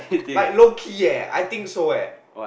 like low key eh I think so eh